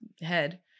head